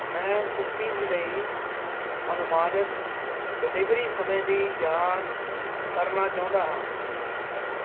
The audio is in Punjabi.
ਮੈਂ ਕੂਕੀਜ਼ ਲਈ ਅਨੁਮਾਨਿਤ ਡਿਲੀਵਰੀ ਸਮੇਂ ਦੀ ਜਾਂਚ ਕਰਨਾ ਚਾਹੁੰਦਾ ਹਾਂ